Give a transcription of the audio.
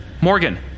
Morgan